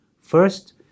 First